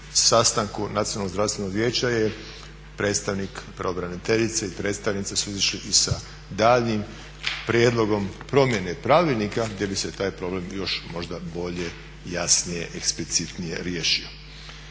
vijeća je predstavnik pravobraniteljice i predstavnica su izišli i sa daljnjim prijedlogom promjene pravilnika gdje bi se taj problem još možda bolje i jasnije, eksplicitnije riješio.